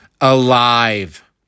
alive